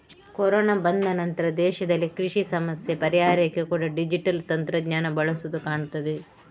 corona ಬಂದ ನಂತ್ರ ದೇಶದಲ್ಲಿ ಕೃಷಿ ಸಮಸ್ಯೆ ಪರಿಹಾರಕ್ಕೆ ಕೂಡಾ ಡಿಜಿಟಲ್ ತಂತ್ರಜ್ಞಾನ ಬಳಸುದು ಕಾಣ್ತದೆ